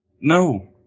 No